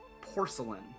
porcelain